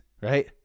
right